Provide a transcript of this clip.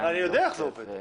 אני יודע איך זה עובד.